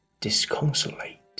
disconsolate